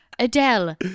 Adele